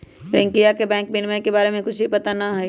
रियंकवा के बैंक विनियमन के बारे में कुछ भी पता ना हई